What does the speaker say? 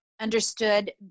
understood